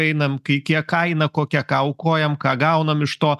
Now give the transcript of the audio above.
einam kai kiek kaina kokia ką aukojam ką gaunam iš to